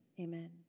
Amen